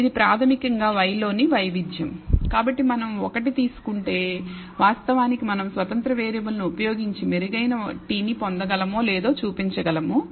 ఇది ప్రాథమికంగా y లోని వైవిధ్యం కాబట్టి మనం 1 తీసుకుంటే వాస్తవానికి మనము స్వతంత్ర వేరియబుల్ ను ఉపయోగించి మెరుగైన t ని పొందగలమొ లేదో చూపించగలము